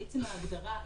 בעצם ההגדרה.